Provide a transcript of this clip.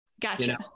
Gotcha